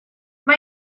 mae